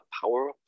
power